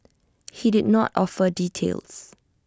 he did not offer details